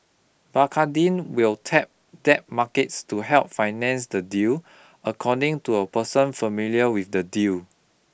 Bacardi will tap debt markets to help finance the deal according to a person familiar with the deal